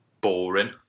boring